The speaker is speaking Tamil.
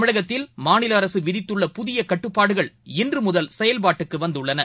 தமிழகத்தில் மாநிலஅரசுவிதித்துள்ள புதியகட்டுப்பாடுகள் இன்றுமுதல் செயல்பாட்டுக்குவந்துள்ளன